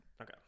Okay